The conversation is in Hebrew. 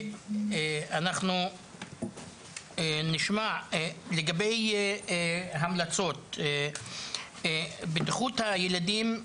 אנחנו נשמע לגבי המלצות, בטיחות הילדים,